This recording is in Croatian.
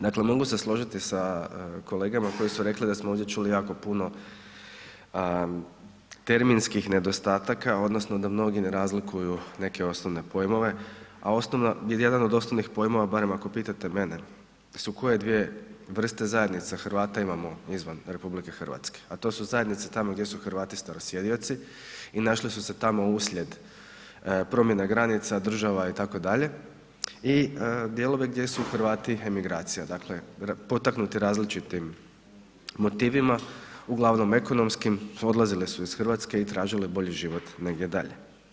Dakle mogu se složiti sa kolegama koji su rekli da smo ovdje čuli jako puno terminskih nedostataka odnosno da mnogi ne razlikuju neke osnovne pojmove a jedan od osnovnih pojmova barem ako pitate mene su koje dvije vrste zajednica Hrvata imamo izvan RH a to su zajednice tamo gdje su Hrvati starosjedioci i našli su se tamo uslijed promjena granica, država itd. i dijelove gdje su Hrvati emigracija, dakle potaknuti različitim motivima, uglavnom ekonomskim, odlazili su iz Hrvatske i tražili bolji život negdje dalje.